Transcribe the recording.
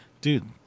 dude